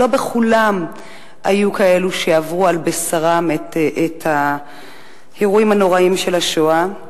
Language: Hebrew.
לא בכולן היו כאלה שעברו על בשרם את האירועים הנוראיים של השואה,